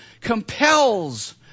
compels